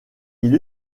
ils